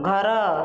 ଘର